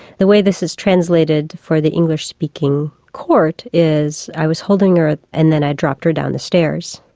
the way this is translated for the english speaking court is i was holding her ah and then i dropped her down the stairs.